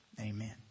Amen